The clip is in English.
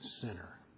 sinner